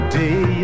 day